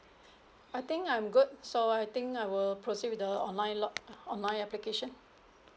I think I'm good so I think I will proceed with the online log online application